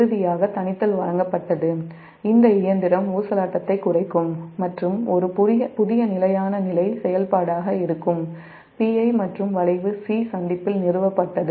இறுதியாக தணித்தல் வழங்கப்பட்டது இந்த இயந்திரம் ஊசலாட்டத்தை குறைக்கும் மற்றும் ஒரு புதிய நிலையான நிலை செயல்பாடாக இருக்கும் Pi மற்றும் வளைவு 'C' சந்திப்பில் நிறுவப்பட்டது